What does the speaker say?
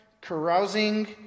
carousing